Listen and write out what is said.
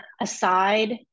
aside